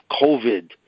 covid